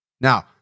Now